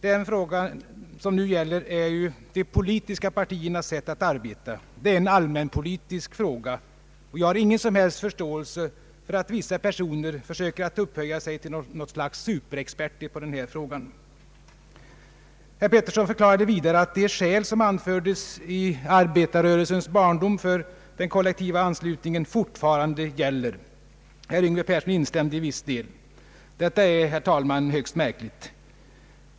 Den gäller de politiska partiernas sätt att arbeta och är en allmänpolitisk fråga. Jag har ingen som helst förståelse för att vissa personer försöker att upphöja sig till något slags superexperter på denna fråga. Herr Pettersson förklarade vidare att de skäl som anfördes i arbetarrörelsens barndom för den kollektiva anslutningen fortfarande gäller. Herr Yngve Persson instämde i viss del. Detta är, herr talman, högst märkligt.